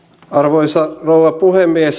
arvoisa rouva puhemies